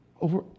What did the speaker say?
over